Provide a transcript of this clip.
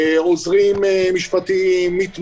עוזרים משפטיים, מתמחים,